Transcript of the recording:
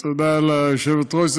תודה ליושבת-ראש.